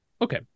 Okay